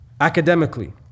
academically